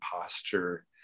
posture